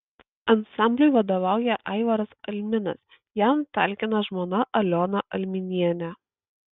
ansambliui vadovauja aivaras alminas jam talkina žmona aliona alminienė